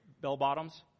bell-bottoms